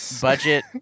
budget